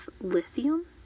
lithium